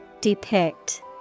depict